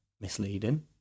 misleading